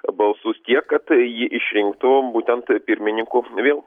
balsus tiek kad jį išrinktų būtent pirmininku vėl